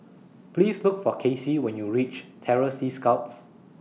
Please Look For Kaycee when YOU REACH Terror Sea Scouts